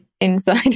inside